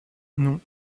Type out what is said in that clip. non